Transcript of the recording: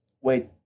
Wait